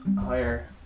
higher